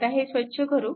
आता हे स्वच्छ करू